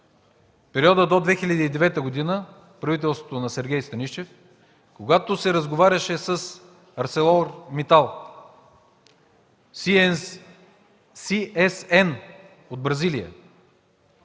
периода до 2009 г., правителството на Сергей Станишев, когато се разговаряше с „Арселор Митал”, с CSN от Бразилия,